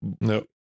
no